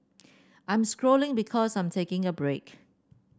I'm scrolling because I'm taking a break